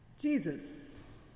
Jesus